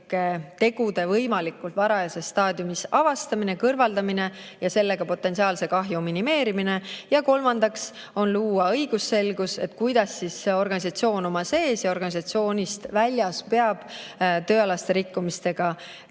tegude võimalikult varajases staadiumis avastamine ja kõrvaldamine ning sellega potentsiaalse kahju minimeerimine. Kolmandaks on [eesmärk] luua õigusselgus, kuidas organisatsioon oma sees ja organisatsioonist väljas peab tööalaste rikkumistega tegelema.